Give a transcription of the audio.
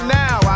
now